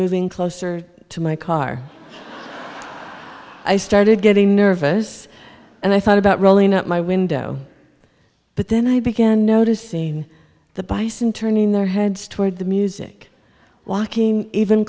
moving closer to my car i started getting nervous and i thought about rolling out my window but then i began noticing the bison turning their heads toward the music walking even